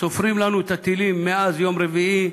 סופרים לנו את הטילים מאז יום רביעי,